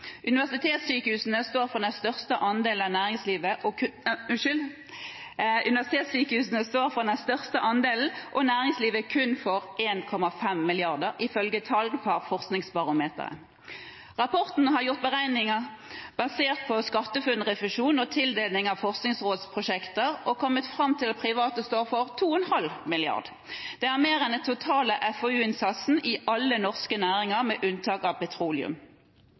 Universitetssykehusene står for den største andelen, og næringslivet kun for 1,5 mrd. kr, ifølge tall fra Forskningsbarometeret. Rapporten har gjort beregninger basert på SkatteFUNN-refusjon og tildeling av Forskningsråds-prosjekter og kommet fram til at private står for 2,5 mrd. kr. Det er mer enn den totale FoU-innsatsen i alle norske næringer med unntak av petroleum.